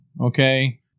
Okay